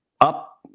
up